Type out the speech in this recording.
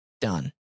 done